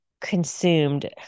consumed